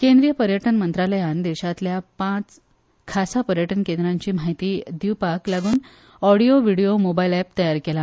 केंद्रीय पर्यटन मंत्रालयान देशातल्या पाच खासा पर्यटन केंद्राची म्हायती दिवपाक लागून ओडीयो व्हीडीयो मोबायल अॅप तयार केला